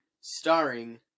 starring